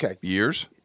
years